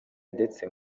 ndetse